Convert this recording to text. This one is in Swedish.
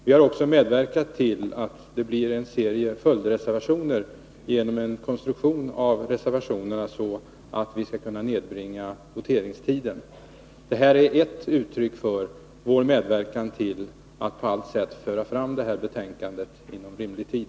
Vi har också medverkat till att det blir en serie följdreservationer genom en konstruktion av andra reservationer så att vi skall kunna nedbringa voteringstiden. Detta är några uttryck för vår medverkan till att på allt sätt föra fram detta betänkande inom rimlig tid.